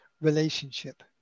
relationship